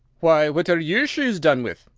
why, what are your shoes done with?